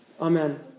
Amen